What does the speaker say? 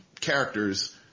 characters